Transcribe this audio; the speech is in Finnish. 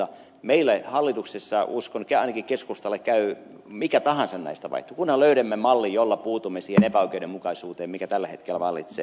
meille hallituksessa uskon että ainakin keskustalle käy mikä tahansa näistä vaihtoehdoista kunhan löydämme mallin jolla puutumme siihen epäoikeudenmukaisuuteen mikä tällä hetkellä vallitsee